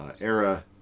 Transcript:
era